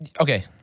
Okay